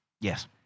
Yes